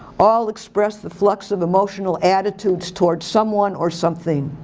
all express the flux of emotional attitudes toward someone or some thing.